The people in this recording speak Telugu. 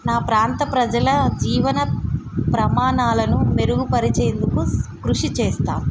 నా ప్రాంత ప్రజల జీవన ప్రమాణాలను మెరుగుపరిచేందుకు కృషి చేస్తాను